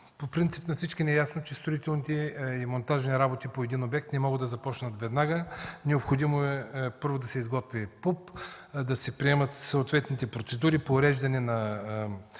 По принцип на всички ни е ясно, че строителните и монтажни работи по един обект не могат да започнат веднага, необходимо е първо да се изготви ПУП, да се приемат съответните процедури по уреждане на